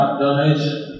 donation